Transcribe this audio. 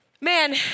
Man